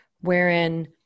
wherein